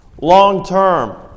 Long-term